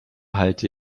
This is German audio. halte